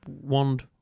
wand